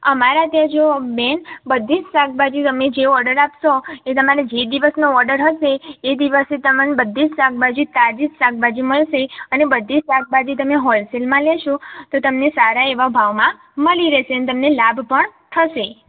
અમારા ત્યાં જો બેન બધી જ શાકભાજી તમે જે ઓડર આપશો એ તમારે જે દિવસનો ઓડર હશે એ દીવસે બધી જ શાકભાજી તાજી જ શાકભાજી મળશે અને બધી જ શાકભાજી તમે હોલસેલમાં લેશો તો તમને સારા એવા ભાવમાં મળી રહેશે અને તમને લાભ પણ થશે